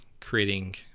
creating